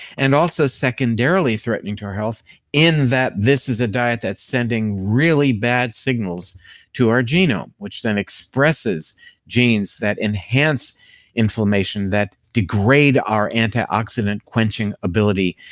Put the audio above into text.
and also secondarily threatening to our health in that this is a diet that's sending really bad signals to our genome, which then expresses genes that enhance inflammation, that degrade our antioxidant quenching ability,